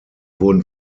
wurden